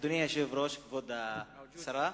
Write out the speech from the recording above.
אדוני היושב-ראש, כבוד השרה,